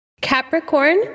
Capricorn